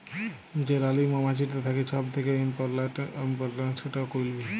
যে রালী মমাছিট থ্যাকে ছব থ্যাকে ইমপরট্যাল্ট, সেট কুইল বী